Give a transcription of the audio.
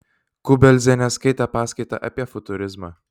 kubeldzienė skaitė paskaitą apie futurizmą